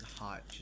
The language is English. hot